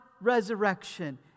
resurrection